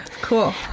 cool